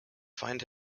find